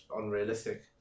unrealistic